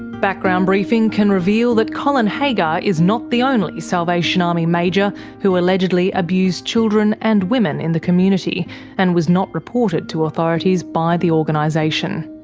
background briefing can reveal that colin haggar is not the only salvation army major who allegedly abused children and women in the community and was not reported to authorities by the organisation.